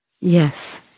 Yes